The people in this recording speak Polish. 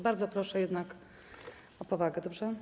Bardzo proszę jednak o powagę, dobrze?